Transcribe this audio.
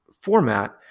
format